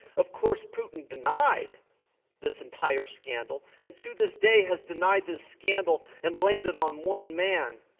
of course putin denied this entire scandal. and to this day has denied this scandal and blamed it on one man.